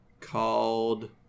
called